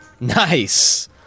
Nice